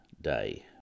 day